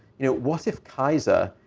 you know, what if kaiser,